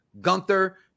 Gunther